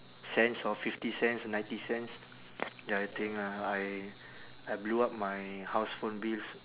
cents or fifty cents or ninety cents ya I think uh I I blew up my house phone bills